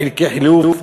לחלקי חילוף.